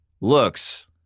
looks